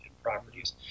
properties